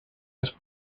his